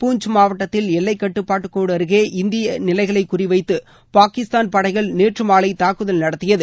பூஞ்ச் மாவட்டத்தில் எல்லை கட்டுப்பாட்டு கோடு அருகே இந்திய நிலைகளை குறிவைத்து பாகிஸ்தான் படைகள் நேற்று மாலை தாக்குதல் நடத்தியது